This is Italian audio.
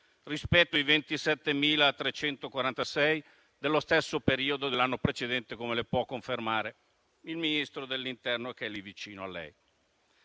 rispetto ai 27.346 dello stesso periodo dell'anno precedente, come le può confermare il Ministro dell'interno che è lì vicino a lei.